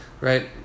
Right